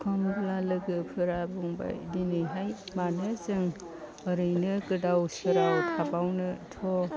एखनब्ला लोगोफोरा बुंबाय दिनैहाय मानो जों ओरैनो गोदाव सोराव थाबावनो थौ